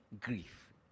grief